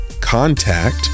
contact